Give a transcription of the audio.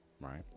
right